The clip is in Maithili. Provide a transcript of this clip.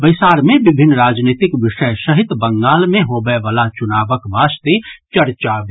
बैसार मे विभिन्न राजनीतिक विषय सहित बंगाल मे होबय वला चुनावक वास्ते चर्चा भेल